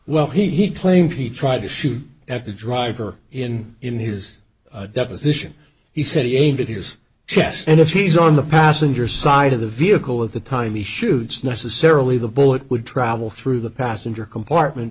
he tried to shoot at the driver in in his deposition he said he aimed at his chest and if he's on the passenger side of the vehicle at the time he shoots necessarily the bullet would travel through the passenger compartment